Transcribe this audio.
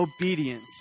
obedience